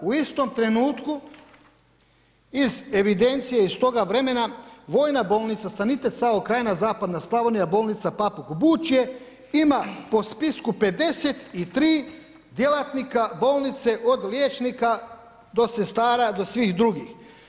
U istom trenutku iz evidencije iz toga vremena vojna bojnica, sanitet SAO Krajina, zapadna Slavonije, bolnica Pupuk, Bučje ima po spisku 53 djelatnika bolnice od liječnika do sestara, do svih drugih.